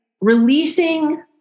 releasing